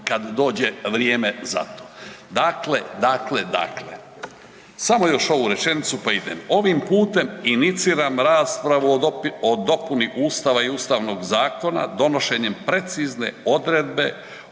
kad dođe vrijeme za to. Dakle, dakle, dakle, samo još ovu rečenicu pa idemo. Ovim putem iniciram raspravu o dopuni Ustava i Ustavnog zakona donošenjem precizne odredbe